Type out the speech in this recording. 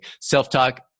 Self-talk